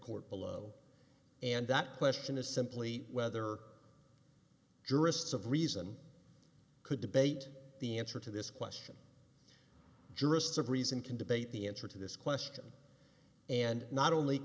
court below and that question is simply whether jurists of reason could debate the answer to this question jurists of reason can debate the answer to this question and not only